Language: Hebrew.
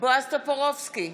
בועז טופורובסקי,